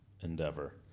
endeavor